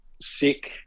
sick